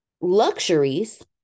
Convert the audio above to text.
luxuries